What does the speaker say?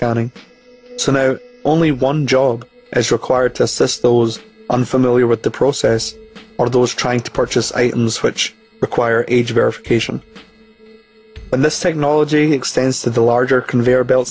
scanning only one job as required to assist those unfamiliar with the process or those trying to purchase items which require age verification and this technology extends to the larger conveyor belt